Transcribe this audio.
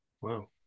Wow